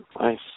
Nice